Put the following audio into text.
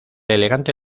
elegante